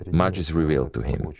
much is revealed to him.